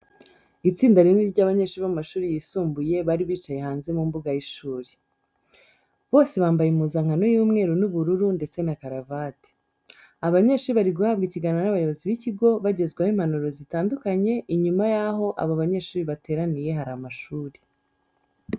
Itsinda rinini ry'abanyeshuri bo mu mashuri yisumbuye bari bicaye hanze mu mbuga y'ishuri. Bose bambaye impuzankano y'umweru n'ubururu ndetse na karavate. Abanyeshuri bari guhabwa ikiganiro n'abayobozi b'ikigo, bagezwaho impanuro zitandukanye, inyuma yaho abo banyeshuri bateraniye hari amashuri.